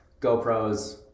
GoPros